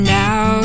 now